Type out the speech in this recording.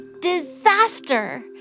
disaster